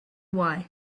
why